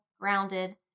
grounded